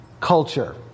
culture